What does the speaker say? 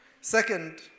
Second